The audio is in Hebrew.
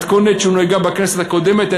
במתכונת שהונהגה בכנסת הקודמת.